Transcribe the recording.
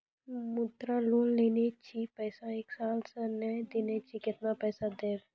मुद्रा लोन लेने छी पैसा एक साल से ने देने छी केतना पैसा देब?